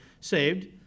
saved